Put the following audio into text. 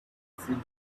since